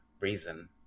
reason